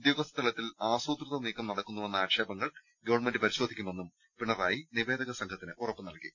പദ്ധതി അട്ടിമറിക്കാൻ ഉദ്യോഗസ്ഥ തലത്തിൽ ആസൂ ത്രിത നീക്കം നടക്കുന്നുവെന്ന ആക്ഷേപങ്ങൾ ഗവൺമെന്റ് പരിശോധിക്കു മെന്നും പിണറായി നിവേദക സംഘത്തിന് ഉറപ്പ് നൽകി